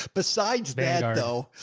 besides that though,